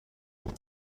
بدم